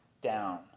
down